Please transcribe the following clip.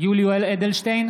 יולי יואל אדלשטיין,